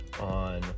on